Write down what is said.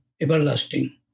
everlasting